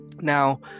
Now